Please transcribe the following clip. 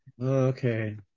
Okay